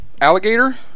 alligator